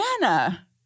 Anna